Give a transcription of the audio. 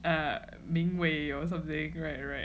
yeah minwei or something [right]